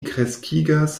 kreskigas